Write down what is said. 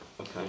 okay